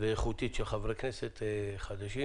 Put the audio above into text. ואיכותית של חברי כנסת חדשים.